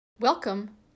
Welcome